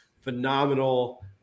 phenomenal